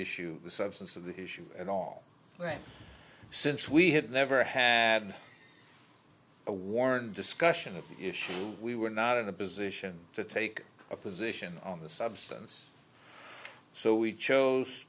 issue the substance of the issue and all that since we had never had a warrant discussion of issues we were not in a position to take a position on the substance so we chose